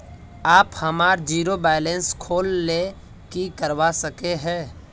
आप हमार zero balance खोल ले की करवा सके है?